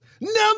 Number